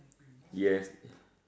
yes